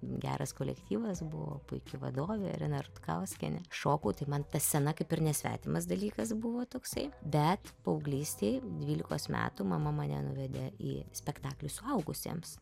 geras kolektyvas buvo puiki vadovė irena rutkauskienė šokau tai man ta scena kaip ir nesvetimas dalykas buvo toksai bet paauglystėj dvylikos metų mama mane nuvedė į spektaklį suaugusiems